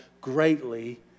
greatly